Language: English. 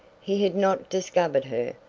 he had not discovered her!